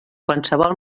qualsevol